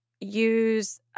use